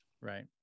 right